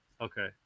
Okay